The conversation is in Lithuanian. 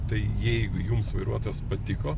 tai jeigu jums vairuotas patiko